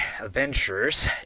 adventurers